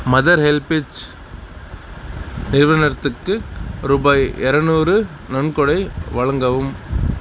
mother HelpAge நிறுவனத்துக்கு ரூபாய் இரநூறு நன்கொடை வழங்கவும்